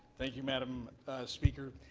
thank you, madam speaker.